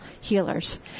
healers